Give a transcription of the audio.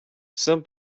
some